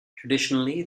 traditionally